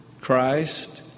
Christ